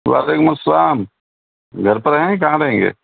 وعلیکم السلام گھر پر ہیں کہاں رہیں گے